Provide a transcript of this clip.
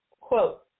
quote